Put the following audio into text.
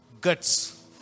guts